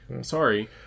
sorry